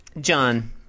John